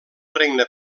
regne